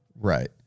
Right